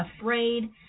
Afraid